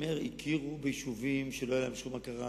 אני אומר שהכירו ביישובים שלא היתה להם שום הכרה,